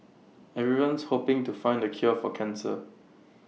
everyone's hoping to find the cure for cancer